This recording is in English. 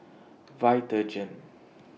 Vitagen